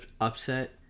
upset